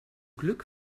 glück